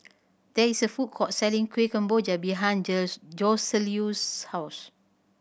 there is a food court selling Kuih Kemboja behind Joseluis' house